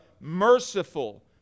merciful